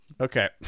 okay